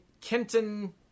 Kenton